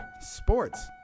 Sports